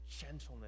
gentleness